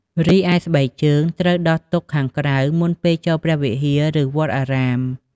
រីឯស្បែកជើងត្រូវដោះទុកខាងក្រៅ មុនចូលព្រះវិហារ ឬវត្តអារាម។